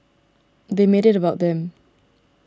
they made it about them